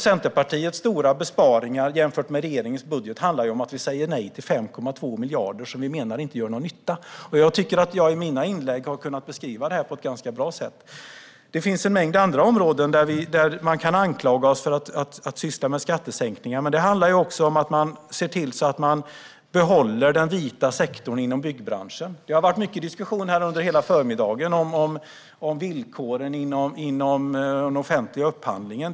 Centerpartiets stora besparingar jämfört med regeringens budget handlar om att vi säger nej till 5,2 miljarder som vi menar inte gör någon nytta. Jag tycker att jag i mina inlägg har beskrivit detta på ett bra sätt. Det finns en mängd andra områden där man kan anklaga oss för att syssla med skattesänkningar, men det handlar också om att se till att behålla den vita sektorn inom byggbranschen. Det har varit mycket diskussioner under hela förmiddagen om villkoren inom den offentliga upphandlingen.